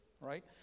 right